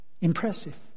Impressive